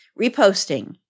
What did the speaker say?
Reposting